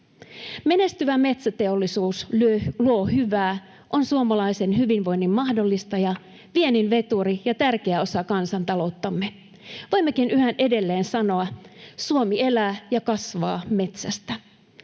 Menestyvä metsäteollisuus luo hyvää, on suomalaisen hyvinvoinnin mahdollistaja, viennin veturi ja tärkeä osa kansantalouttamme. Voimmekin yhä edelleen sanoa: Suomi elää ja kasvaa metsästä.